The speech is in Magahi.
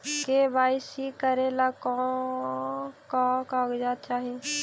के.वाई.सी करे ला का का कागजात चाही?